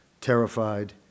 terrified